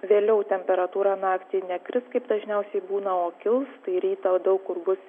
vėliau temperatūra naktį nekris kaip dažniausiai būna o kil tai rytą daug kur bus